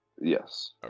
Yes